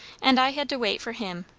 and i had to wait for him,